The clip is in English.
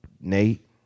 Nate